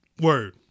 Word